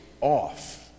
off